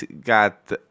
got